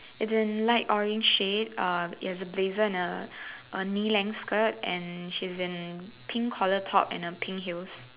as in light orange shade um it has a blazer and a a knee length skirt and she's in pink collar top and a pink heels